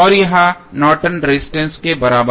और यह Norton resistance Nortons resistance के बराबर होगा